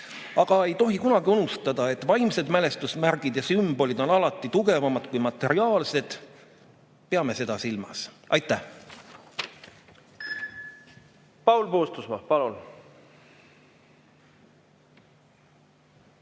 Aga ei tohi kunagi unustada, et vaimsed mälestusmärgid ja sümbolid on alati tugevamad kui materiaalsed. Peame seda silmas. Aitäh! Paul Puustusmaa, palun!